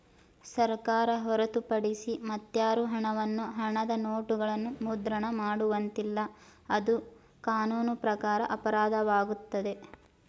ಸರ್ಕಾರ ಹೊರತುಪಡಿಸಿ ಮತ್ಯಾರು ಹಣವನ್ನು ಹಣದ ನೋಟುಗಳನ್ನು ಮುದ್ರಣ ಮಾಡುವಂತಿಲ್ಲ, ಅದು ಕಾನೂನು ಪ್ರಕಾರ ಅಪರಾಧವಾಗುತ್ತದೆ